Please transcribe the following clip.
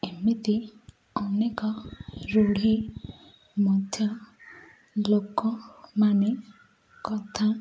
ଏମିତି ଅନେକ ରୂଢ଼ି ମଧ୍ୟ ଲୋକମାନେ କଥା